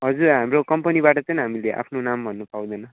हजुर हाम्रो कम्पनीबाट चाहिँ हामीले आफ्नो नाम भन्नु पाउँदैन